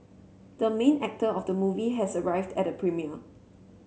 the main actor of the movie has arrived at the premiere